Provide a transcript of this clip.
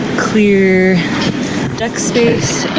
clear deck space.